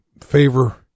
favor